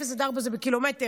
0 4 זה בקילומטרים,